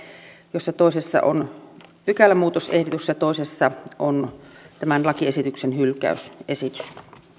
joista toisessa on pykälämuutosehdotus ja toisessa on tämän lakiesityksen hylkäysesitys